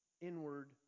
inward